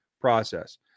process